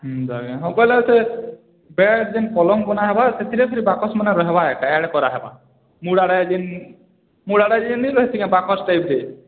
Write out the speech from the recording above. ହୁଁ ଆଜ୍ଞା ବୋଇଲେ ସେ ବେଡ଼୍ ଯେମିତି ପଲଙ୍କ୍ ବନା ହେବା ସେଥୀରେ ଫିର୍ ବାକ୍ସ୍ ମାନେ ରହିବା ରହିବା ଏକା ଆଡ଼୍ କରାହେବା ମୁଣ୍ଡ୍ ଆଡ଼େ ଜିନ୍ ମୁଣ୍ଡ୍ ଆଡ଼େ ଜିନ୍ ରହିଥେକ୍ ବାକ୍ସ୍ ଟାଇପ୍ କେ